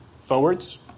Forwards